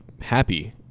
happy